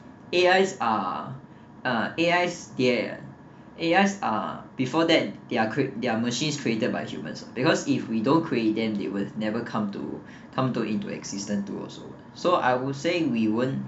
A_Is are uh A_Is they~ uh A_Is uh before that they are machines created by humans uh because if we don't create them they will never come to come to into existence to also so I would say we weren't